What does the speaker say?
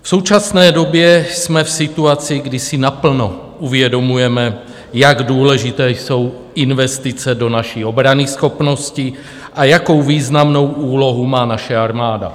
V současné době jsme v situaci, kdy si naplno uvědomujeme, jak důležité jsou investice do naší obranyschopnosti a jakou významnou úlohu má naše armáda.